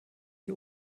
die